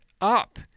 up